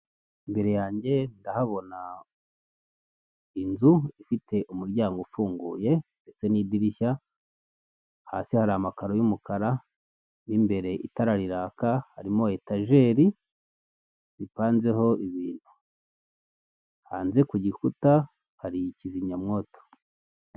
Imbere yanjye ndahabona inzu ifite umuryango ufunguye ndetse n'idirishya hasi hari amakaro y'umukara n'imbere itara riraka harimo etajeri zipanzeho ibintu, hanze kugikuta hari ikizimyamwoto.